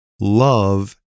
love